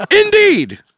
indeed